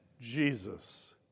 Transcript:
Jesus